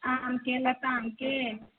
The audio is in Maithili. आमके लतामके